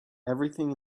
everything